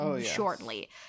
shortly